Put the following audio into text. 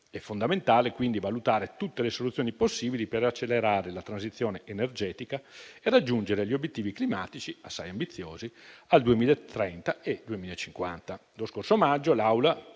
è fondamentale valutare tutte le soluzioni possibili per accelerare la transizione energetica e raggiungere gli obiettivi climatici al 2030 e al 2050;